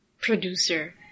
producer